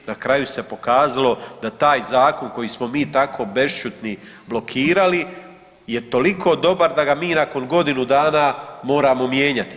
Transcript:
Na kraju se pokazalo da taj zakon koji smo mi tako bešćutni blokirali je toliko dobar da ga mi nakon godinu dana moramo mijenjati.